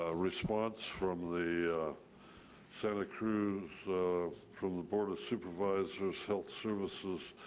ah response from the santa cruz from the board of supervisors health services